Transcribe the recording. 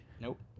Nope